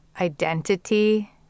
identity